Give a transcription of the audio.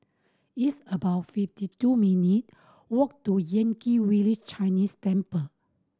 it's about fifty two minute walk to Yan Kit Village Chinese Temple